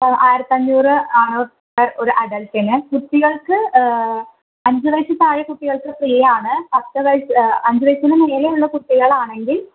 ആയിരത്തഞ്ഞൂറ് ഒരഡൾട്ടിന് കുട്ടികൾക്ക് അഞ്ചുവയസ്സിൽ താഴെ കുട്ടികൾക്ക് ഫ്രീയാണ് പത്തുവയസ്സ് അഞ്ചുവയസിനു മേലെയുള്ള കുട്ടികളാണെങ്കിൽ